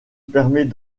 permet